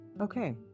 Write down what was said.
Okay